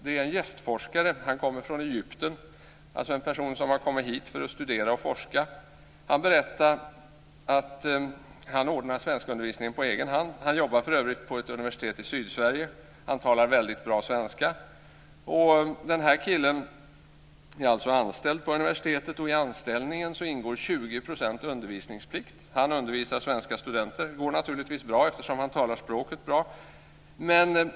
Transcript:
Det gäller en gästforskare från Egypten - alltså en person som har kommit hit för att studera och forska. Han berättade att han ordnat svenskundervisningen på egen hand. Han jobbar för övrigt på ett universitet i Sydsverige. Han talar väldigt bra svenska. Den här killen är anställd på universitetet och i anställningen ingår 20 % undervisningsplikt. Han undervisar svenska studenter. Det går naturligtvis bra eftersom han talar språket bra.